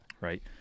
right